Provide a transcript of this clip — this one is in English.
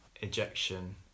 ejection